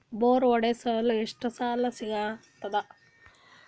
Bore ಹೊಡೆಸಲು ಎಷ್ಟು ಸಾಲ ಸಿಗತದ?